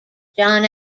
john